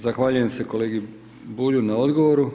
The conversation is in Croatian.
Zahvaljujem se kolegi Bulju na odgovoru.